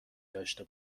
داشته